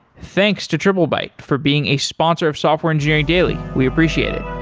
thanks to triplebyte for being a sponsor of software engineering daily. we appreciate it